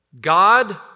God